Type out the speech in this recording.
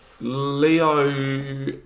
Leo